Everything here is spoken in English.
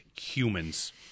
humans